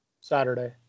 saturday